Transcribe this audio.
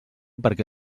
perquè